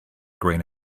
grain